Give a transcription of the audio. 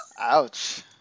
Ouch